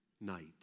Night